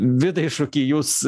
vidai iššūkį jūs